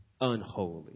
unholy